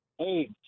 Hey